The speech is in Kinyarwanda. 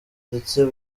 ndetse